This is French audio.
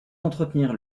entretenir